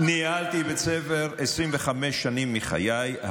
ניהלתי בית ספר 25 שנים מחיי.